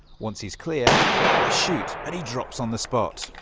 once he is clear, i shoot and he drops on the spot.